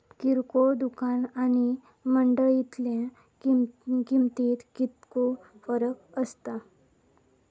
किरकोळ दुकाना आणि मंडळीतल्या किमतीत कितको फरक असता?